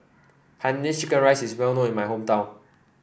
Hainanese Chicken Rice is well known in my hometown